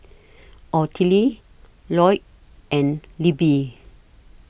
Ottilie Lloyd and Libbie